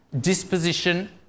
disposition